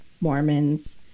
Mormons